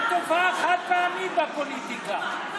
הוא תופעה חד-פעמית בפוליטיקה.